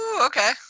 okay